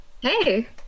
Hey